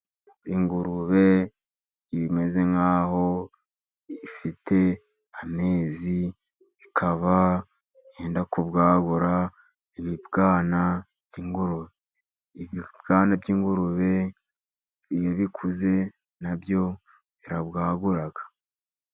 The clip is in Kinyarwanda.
Ingurube imeze nk'aho ifite amezi, ikaba yenda kubwagura ibibwana by'ingurube. Ibibwana by'ingurube iyo bikuze na byo birabwaguraga.